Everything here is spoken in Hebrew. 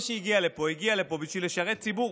שהגיע לפה הגיע לפה בשביל לשרת ציבור,